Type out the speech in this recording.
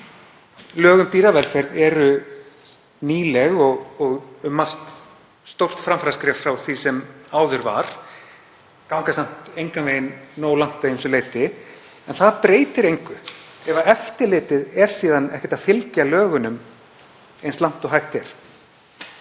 Lög um dýravelferð eru nýleg og um margt stórt framfaraskref frá því sem áður var, en ganga samt engan veginn nógu langt að ýmsu leyti. En það breytir engu ef eftirlitið fylgir síðan ekki lögunum eins langt og hægt er.